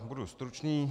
Budu stručný.